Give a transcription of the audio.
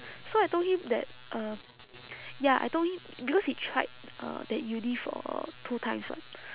so I told him that um ya I told him because he tried uh that uni for two times [what]